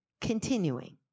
Continuing